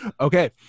Okay